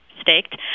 staked